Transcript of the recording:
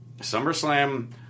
SummerSlam